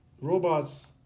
Robots